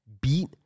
beat